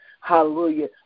hallelujah